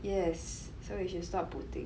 yes so you should stop putting